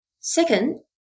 Second